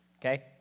okay